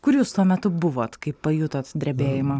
kur jūs tuo metu buvot kai pajutot drebėjimą